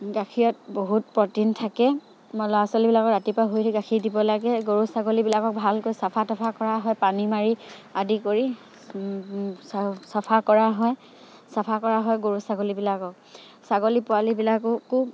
গাখীৰত বহুত প্ৰটিন থাকে ল'ৰা ছোৱালীবিলাকক ৰাতিপুৱা শুই গাখীৰ দিব লাগে গৰু ছাগলীবিলাকক ভালকৈ চাফা তফা কৰা হয় পানী মাৰি আদি কৰি চাফা কৰা হয় চাফা কৰা হয় গৰু ছাগলীবিলাকক ছাগলী পোৱালি বিলাককো